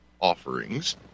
offerings